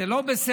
שזה לא בסדר,